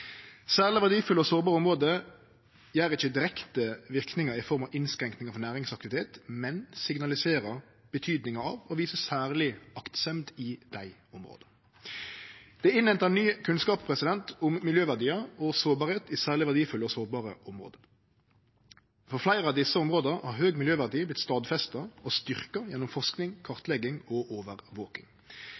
ikkje direkte verknader i form av innskrenkingar for næringsaktivitet, men signaliserer betydninga av å vise særleg aktsemd i dei områda. Det er innhenta ny kunnskap om miljøverdiar og sårbarheit i særleg verdifulle og sårbare område. For fleire av desse områda har høg miljøverdi vorte stadfesta og styrkt gjennom forsking, kartlegging og